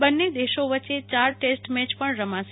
બંને દેશો વચ્ચે ચાર ટેસ્ટ મેચ પણ રમશે